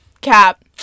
Cap